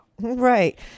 Right